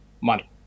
money